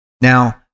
now